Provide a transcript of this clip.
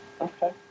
Okay